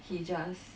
he just